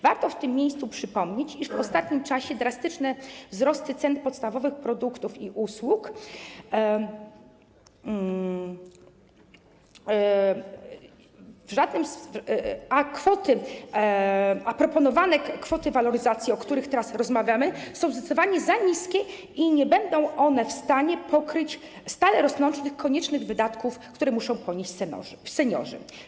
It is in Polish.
Warto w tym miejscu przypomnieć, iż w ostatnim czasie drastycznie wzrosły ceny podstawowych produktów i usług, a proponowane kwoty waloryzacji, o których teraz rozmawiamy, są zdecydowanie za niskie i nie będą one w stanie pokryć stale rosnących, koniecznych wydatków, które muszą ponieść seniorzy.